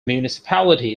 municipality